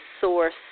source